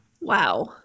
Wow